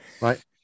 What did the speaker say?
Right